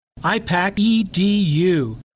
IPAC-EDU